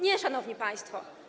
Nie, szanowni państwo.